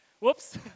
whoops